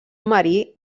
marí